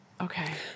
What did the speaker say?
Okay